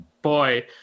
boy